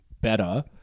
better